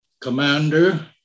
commander